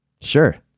sure